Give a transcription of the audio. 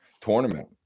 tournament